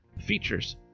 features